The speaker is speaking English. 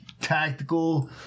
tactical